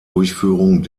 durchführung